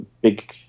big